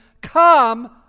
Come